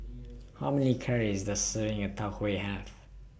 How Many Calories Does A Serving of Tau Huay Have